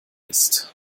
ist